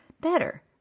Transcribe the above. better